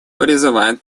призывает